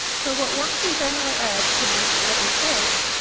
so what works in general ed could be evidence-based,